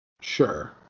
sure